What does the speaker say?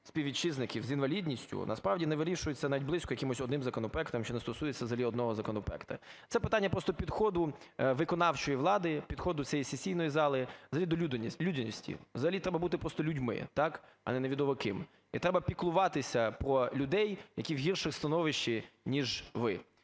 співвітчизників з інвалідністю, насправді не вирішується навіть близько якимось одним законопроектом чи не стосується взагалі одного законопроекту. Це питання просто підходу виконавчої влади, підходу цієї сесійної залі взагалі до людяності. Взагалі треба бути просто людьми – так? – а не невідомо ким. І треба піклуватися про людей, які в гіршому становищі, ніж ви.